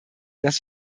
dass